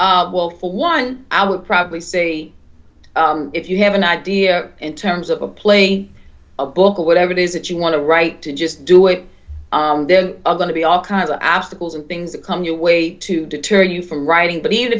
playwright well for one i would probably say if you have an idea in terms of a plane a book or whatever it is that you want to write to just do it there are going to be all kinds of obstacles and things that come your way to deter you from writing but even